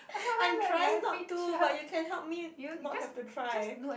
I am trying not to but you can help me not have to try